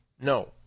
No